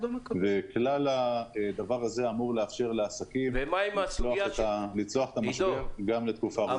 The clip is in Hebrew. כלל הדבר הזה אמור לאפשר לעסקים לצלוח את המשבר גם בתקופה ארוכה.